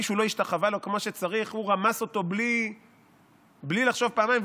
מי שלא השתחווה לו כמו שצריך הוא רמס אותו בלי לחשוב פעמיים,